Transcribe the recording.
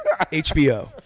hbo